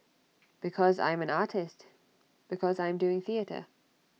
because I am an artist because I am doing theatre